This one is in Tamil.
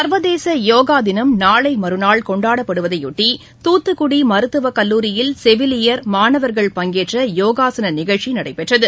சர்வதேச யோகா தினம் நாளை மறுநாள் கொண்டாடப்படுவதையொட்டி தூத்துக்குடி மருத்துவக் கல்லூரியில் செவிலியர் மாணவர்கள் பங்கேற்ற யோகாசன நிகழ்ச்சி நடைபெற்றது